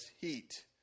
heat